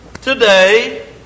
today